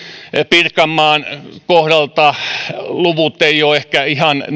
pirkanmaan kohdalla luvut eivät ole ehkä ihan